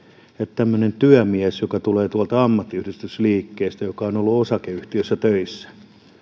tämmöinen työmies joka tulee tuolta ammattiyhdistysliikkeestä ja joka on ollut osakeyhtiössä töissä